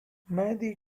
mehdi